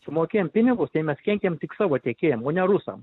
sumokėjom pinigus tai mes kenkiam tik savo tiekėjam o ne rusam